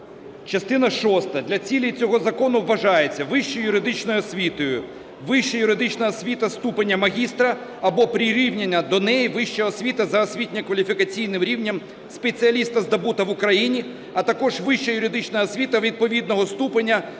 частина шоста: "Для цілей цього закону вважається: вищою юридичною освітою – вища юридична освіта ступеня магістра (або прирівняна до неї вища освіта за освітньо-кваліфікаційним рівнем спеціаліста), здобута в Україні, а також вища юридична освіта відповідного ступеня, здобута